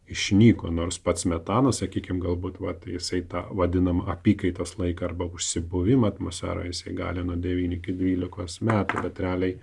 išnyko nors pats metano sakykime galbūt vat jisai tą vadinamą apykaitos laiką arba užsibuvimą atmosferoje jisai gali nuo devynių iki dvylikos metų bet realiai